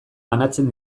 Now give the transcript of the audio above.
banatzen